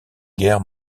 guerres